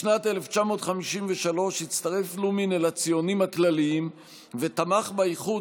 בשנת 1953 הצטרף פלומין אל הציונים הכלליים ותמך באיחוד